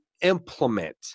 implement